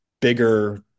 bigger